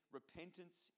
repentance